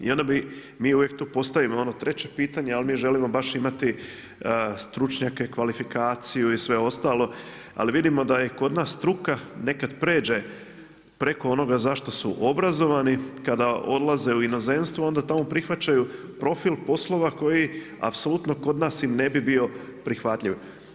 I onda bi mi uvijek postavimo ono traže pitanje, ali mi želimo baš imati, stručnjake, kvalifikaciju i sve ostalo, ali vidimo da je kod nas struka nekad pređe preko onoga zašto su obrazovani, kada odlaze u inozemstvo, onda tamo prihvaćaju profil poslova, koji apsolutno kod nas im ne bi bio prihvatljiv.